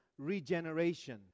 regeneration